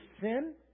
sin